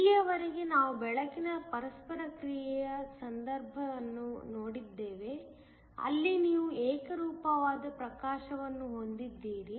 ಇಲ್ಲಿಯವರೆಗೆ ನಾವು ಬೆಳಕಿನ ಪರಸ್ಪರ ಕ್ರಿಯೆಯ ಸಂದರ್ಭ ವನ್ನು ನೋಡಿದ್ದೇವೆ ಅಲ್ಲಿ ನೀವು ಏಕರೂಪದ ಪ್ರಕಾಶವನ್ನು ಹೊಂದಿದ್ದೀರಿ